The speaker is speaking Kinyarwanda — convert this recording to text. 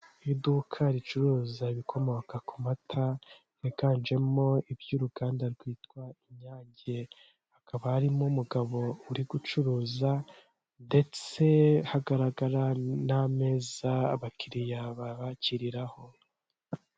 Iduka ricuruza ibikomoka ku mata yiganjemo iby'uruganda rwitwa inyange, hakaba harimo umugabo uri gucuruza ndetse hagaragara n'ameza abakiriya babakiriraho.